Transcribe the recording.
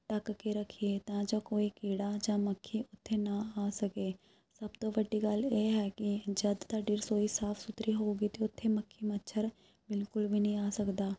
ਢੱਕ ਕੇ ਰੱਖੀਏ ਤਾਂ ਜਾ ਕੋਈ ਕੀੜਾ ਜਾਂ ਮੱਖੀ ਉਥੇ ਨਾ ਆ ਸਕੇ ਸਭ ਤੋਂ ਵੱਡੀ ਗੱਲ ਇਹ ਹੈ ਕੀ ਜਦ ਤੁਹਾਡੀ ਰਸੋਈ ਸਾਫ ਸੁਥਰੀ ਹੋਵੇਗੀ ਤਾਂ ਉੱਥੇ ਮੱਖੀ ਮੱਛਰ ਬਿਲਕੁਲ ਵੀ ਨਹੀਂ ਆ ਸਕਦਾ